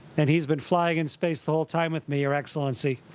and he's been flying in space the whole time with me, your excellency.